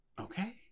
Okay